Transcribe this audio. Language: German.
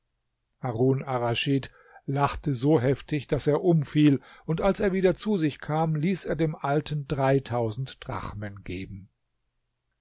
harun arraschid lachte so heftig daß er umfiel und als er wieder zu sich kam ließ er dem alten dreitausend drachmen geben